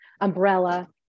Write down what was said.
umbrella